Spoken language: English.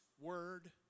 word